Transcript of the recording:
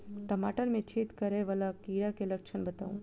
टमाटर मे छेद करै वला कीड़ा केँ लक्षण बताउ?